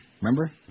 Remember